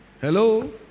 Hello